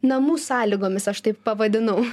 namų sąlygomis aš taip pavadinau